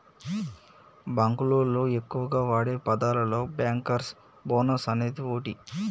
బాంకులోళ్లు ఎక్కువగా వాడే పదాలలో బ్యాంకర్స్ బోనస్ అనేది ఓటి